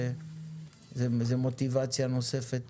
זו מוטיבציה נוספת